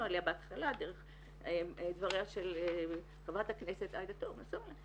עליה בהתחלה דרך דבריה של חברת הכנסת עאידה תומא סלימאן,